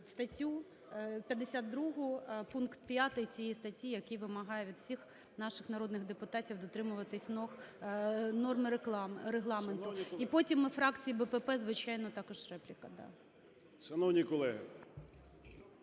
статтю, 52-у, пункт 5 цієї статті, який вимагає від всіх наших народних депутатів дотримуватись норм Регламенту. І потім від фракції БПП, звичайно, також репліка,